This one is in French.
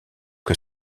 que